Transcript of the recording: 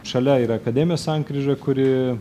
šalia yra akademijos sankryža kuri